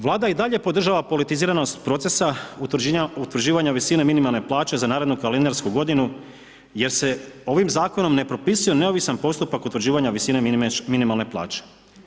Vlada i dalje podržava politiziranost procesa utvrđivanja minimalne plaće za narednu kalendarsku godinu jer se ovim zakonom ne propisuje neovisan postupak utvrđivanja visine minimalne plaće.